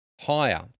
higher